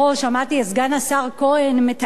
שמעתי את סגן השר כהן מתאר.